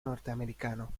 norteamericano